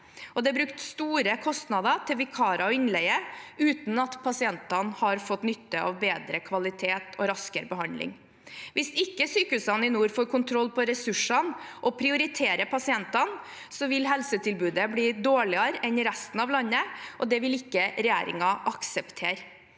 det har vært store kostnader til vikarer og innleie, uten at pasientene har fått nytte av det, bedre kvalitet og raskere behandling. Hvis ikke sykehusene i nord får kontroll på ressursene og prioriterer pasientene, vil helsetilbudet bli dårligere enn i resten av landet, og det vil ikke regjeringen akseptere.